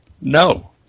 no